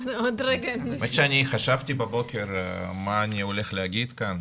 אני חשבתי בבוקר מה אני הולך להגיד כאן